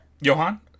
Johan